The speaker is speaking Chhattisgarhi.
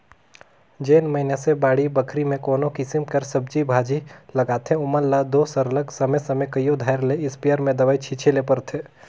जेन मइनसे बाड़ी बखरी में कोनो किसिम कर सब्जी भाजी लगाथें ओमन ल दो सरलग समे समे कइयो धाएर ले इस्पेयर में दवई छींचे ले परथे